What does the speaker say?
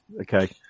Okay